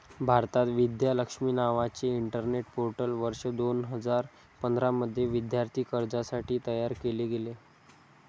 भारतात, विद्या लक्ष्मी नावाचे internet portal वर्ष दोन हजार पंधरा मध्ये विद्यार्थी कर्जासाठी तयार केले गेले